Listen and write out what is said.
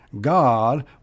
God